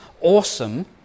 awesome